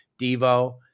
Devo